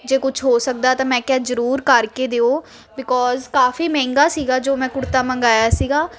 ਜੇ ਕੁਝ ਹੋ ਸਕਦਾ ਤਾਂ ਮੈਂ ਕਿਹਾ ਜ਼ਰੂਰ ਕਰਕੇ ਦਿਓ ਬਿਕੋਜ਼ ਕਾਫੀ ਮਹਿੰਗਾ ਸੀਗਾ ਜੋ ਮੈਂ ਕੁੜਤਾ ਮੰਗਾਇਆ ਸੀਗਾ